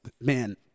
man